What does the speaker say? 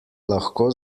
lahko